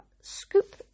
scoop